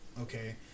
Okay